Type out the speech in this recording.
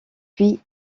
puis